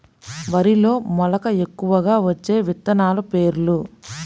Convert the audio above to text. వరిలో మెలక ఎక్కువగా వచ్చే విత్తనాలు పేర్లు?